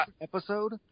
episode